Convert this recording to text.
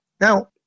now